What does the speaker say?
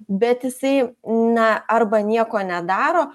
bet jisai na arba nieko nedaro